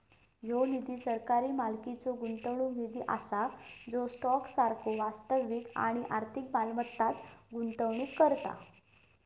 ह्यो निधी सरकारी मालकीचो गुंतवणूक निधी असा जो स्टॉक सारखो वास्तविक आणि आर्थिक मालमत्तांत गुंतवणूक करता